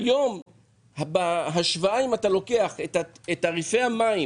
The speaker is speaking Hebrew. ואם אתה משווה את תעריפי המים